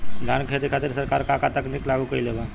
धान क खेती खातिर सरकार का का तकनीक लागू कईले बा?